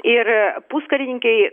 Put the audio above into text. ir puskarininkiai